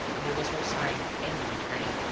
and there was no sign of any returning.